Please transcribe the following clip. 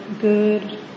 good